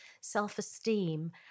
self-esteem